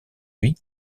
lui